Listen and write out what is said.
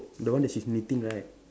the one that she's knitting right